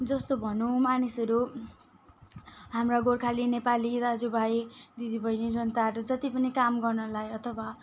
जस्तो भनौँ मानिसहरू हाम्रा गोर्खाली नेपाली दाजुभाइ दिदीबहिनी जनताहरू जति पनि काम गर्नलाई अथवा